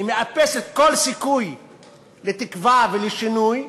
היא מאפסת כל סיכוי לתקווה ולשינוי,